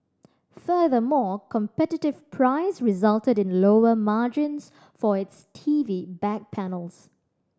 furthermore competitive price resulted in lower margins for its T V back panels